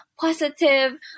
positive